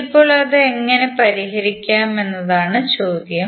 ഇപ്പോൾ അത് എങ്ങനെ പരിഹരിക്കാമെന്നതാണ് ചോദ്യം